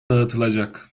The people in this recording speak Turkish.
dağıtılacak